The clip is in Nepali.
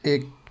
एक